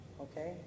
Okay